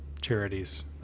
charities